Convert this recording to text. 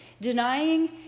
denying